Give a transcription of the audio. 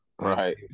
Right